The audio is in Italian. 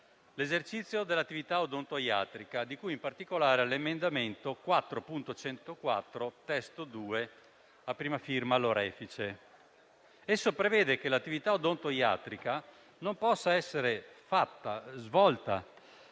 l'esercizio dell'attività odontoiatrica, di cui in particolare all'emendamento 4.104 (testo 2), a prima firma del senatore Lorefice. Esso prevede che l'attività odontoiatrica non possa essere svolta